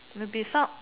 maybe some